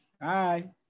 Bye